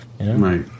Right